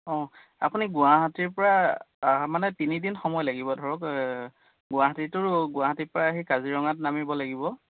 অঁ আপুনি গুৱাহাটীৰপৰা মানে তিনিদিন সময় লাগিব ধৰক গুৱাহাটীতোৰো গুৱাহাটীৰপৰা আহি কাজিৰঙাত নামিব লাগিব